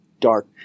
dark